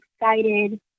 excited